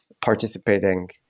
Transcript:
participating